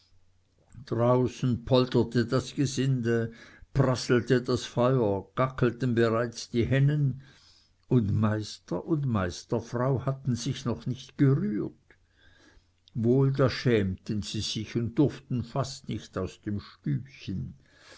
draußen polterte das gesinde prasselte das feuer gackelten bereits die hennen und meister und meisterfrau hatten sich noch nicht gerührt wohl da schämten sie sich und durften fast nicht aus dem stübchen